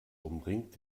umringt